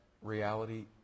Reality